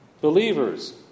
believers